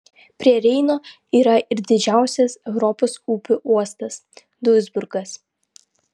prie reino yra ir didžiausias europos upių uostas duisburgas